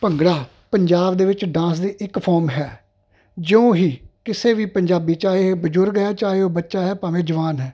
ਭੰਗੜਾ ਪੰਜਾਬ ਦੇ ਵਿੱਚ ਡਾਂਸ ਦੀ ਇੱਕ ਫੋਰਮ ਹੈ ਜਿਉਂ ਹੀ ਕਿਸੇ ਵੀ ਪੰਜਾਬੀ ਚਾਹੇ ਇਹ ਬਜ਼ੁਰਗ ਹੈ ਚਾਹੇ ਉਹ ਬੱਚਾ ਹੈ ਭਾਵੇਂ ਜਵਾਨ ਹੈ